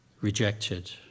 rejected